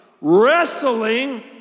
wrestling